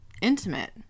intimate